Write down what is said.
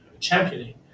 championing